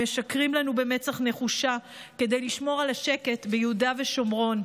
הם משקרים לנו במצח נחושה כדי לשמור על השקט ביהודה ושומרון.